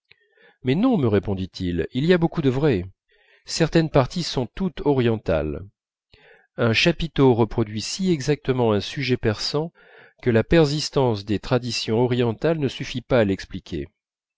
mais non me répondit-il il y a beaucoup de vrai certaines parties sont tout orientales un chapiteau reproduit si exactement un sujet persan que la persistance des traditions orientales ne suffit pas à l'expliquer